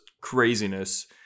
craziness